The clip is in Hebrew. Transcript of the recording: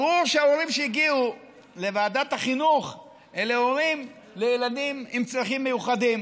ברור שההורים שהגיעו לוועדת החינוך אלה הורים לילדים עם צרכים מיוחדים.